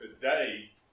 Today